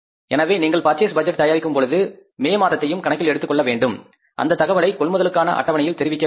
எனவே நீங்கள் purchase budget தயாரிக்கும் பொழுது மே மாதத்தையும் கணக்கில் எடுத்துக் கொள்ள வேண்டும் அந்த தகவலை பர்சேஸ் செட்யூல் தெரிவிக்க வேண்டும்